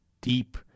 deep